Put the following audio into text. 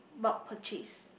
bulk purchase